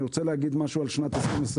אני רוצה להגיד משהו על שנת 2022